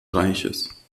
reiches